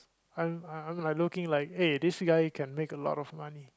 I'm I'm like looking like hey this guy can make a lot of money